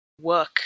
work